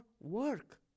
work